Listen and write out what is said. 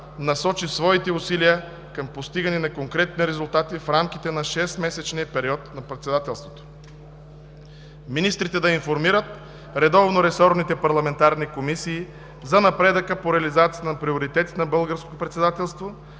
насочи своите усилия към постигане на конкретни резултати в рамките на шестмесечния период на Председателството. 3. Министрите да информират редовно ресорните парламентарни комисии за напредъка по реализацията на приоритетите на Българското председателство,